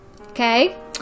Okay